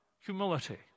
humility